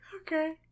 Okay